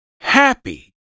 happy